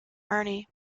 ernie